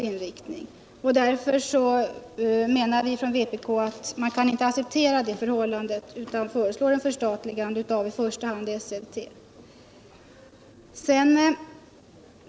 Vpk menar att man inte kan acceptera det förhållandet och föreslår därför förstatligande av i första hand Esselte.